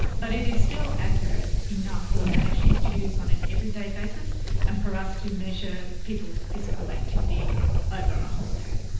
but it is still accurate enough for patients to use on an everyday basis and for us to measure people's physical activity over a whole day.